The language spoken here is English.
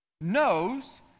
knows